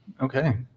Okay